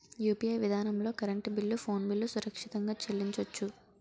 UPI విధానంలో current bill phone bill సురక్షితంగా చెల్లించొచ్చు